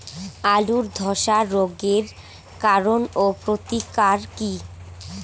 আলুর ধসা রোগের কারণ ও প্রতিকার কি?